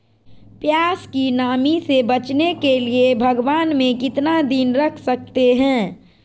प्यास की नामी से बचने के लिए भगवान में कितना दिन रख सकते हैं?